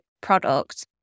product